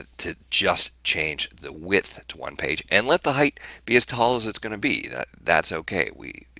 ah to just change the width to one page and let the height be as tall as it's going to be, that that's okay. you